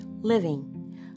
Living